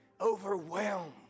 overwhelmed